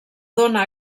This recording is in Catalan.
dóna